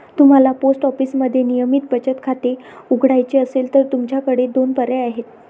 तुम्हाला पोस्ट ऑफिसमध्ये नियमित बचत खाते उघडायचे असेल तर तुमच्याकडे दोन पर्याय आहेत